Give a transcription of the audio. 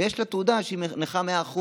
ויש לה תעודה שהיא נכה 100%,